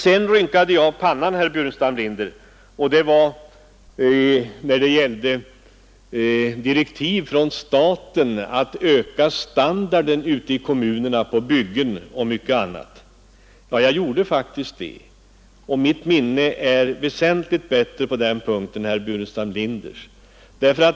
Sedan rynkade jag faktiskt pannan, herr Burenstam Linder, när det gällde direktiv från staten att öka standarden ute i kommunerna på byggen och mycket annat, och mitt minne är väsentligt bättre på den punkten än herr Burenstam Linders.